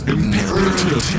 Imperative